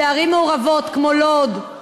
בערים מעורבות כמו לוד,